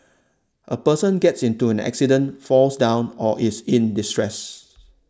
a person gets into an accident falls down or is in distress